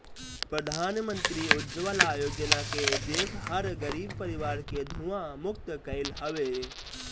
प्रधानमंत्री उज्ज्वला योजना के उद्देश्य हर गरीब परिवार के धुंआ मुक्त कईल हवे